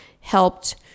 helped